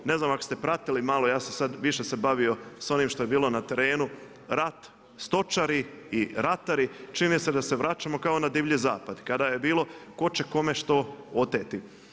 Ne znam ako ste pratili malo, ja sam sada više se bavio sa onim što je bilo na terenu, stočari i ratari, čini se da se vraćamo kao na divlji zapad kada je bilo tko će kome što oteti.